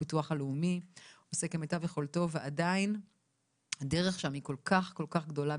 הביטוח הלאומי שהוא כמיטב יכולתו ועדיין הדרך שם כל כך כל כך גדולה.